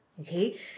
okay